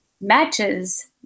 matches